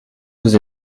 vous